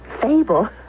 fable